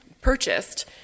purchased